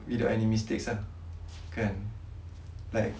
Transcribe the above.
without any mistakes ah kan like